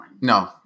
No